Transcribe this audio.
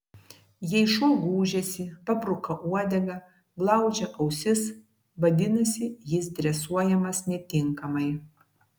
jei šuo gūžiasi pabruka uodegą glaudžia ausis vadinasi jis dresuojamas netinkamai